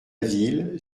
ville